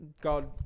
God